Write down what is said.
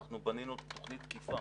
אנחנו בנינו תוכנית תְקיפה.